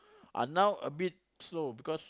ah now a bit slow because